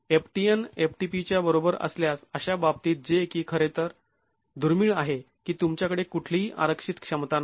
ftn ftp च्या बरोबर असल्यास अशा बाबतीत जे की खरेतर दुर्मिळ आहे की तुमच्याकडे कुठलीही आरक्षित क्षमता नाही